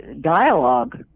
dialogue